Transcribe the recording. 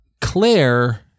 Claire